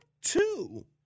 two